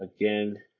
again